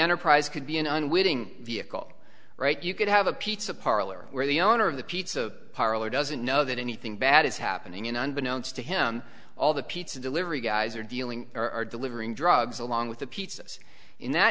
enterprise could be an unwitting vehicle right you could have a pizza parlor where the owner of the pizza parlor doesn't know that anything bad is happening in unbeknownst to him all the pizza delivery guys are dealing or delivering drugs along with the pizzas in that